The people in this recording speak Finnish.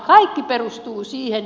kaikki perustuu siihen